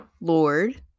lord